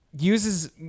uses